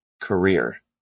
career